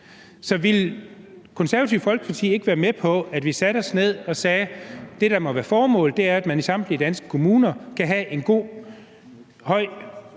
Så vil Det Konservative Folkeparti ikke være med på, at vi satte os ned og sagde: Det, der må være formålet, er, at man i samtlige danske kommuner kan have et godt, højt